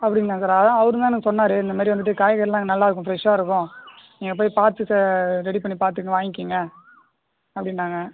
அப்படிங்களா அதான் அவரும் தான் எனக்கு சொன்னாரு இந்தமாதிரி வந்துட்டு காய்கறிலாம் அங்கே நல்லா இருக்கும் ஃப்ரெஷ்ஷாக இருக்கும் நீங்கள் போய் பார்த்து ரெடி பண்ணி பார்த்துட்டு வாங்கிக்கோங்க அப்படின்னாங்க